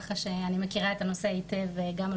ככה שאני מכירה את הנושא היטב גם על